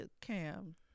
Cam